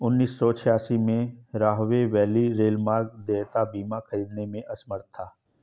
उन्नीस सौ छियासी में, राहवे वैली रेलमार्ग देयता बीमा खरीदने में असमर्थ था